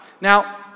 Now